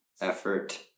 effort